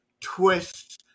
twists